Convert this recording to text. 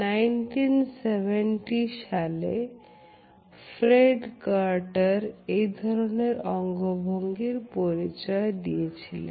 1970 সালে Fred Carter এই ধরনের অঙ্গভঙ্গির পরিচয় দিয়েছিলেন